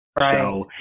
Right